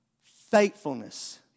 faithfulness